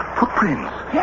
Footprints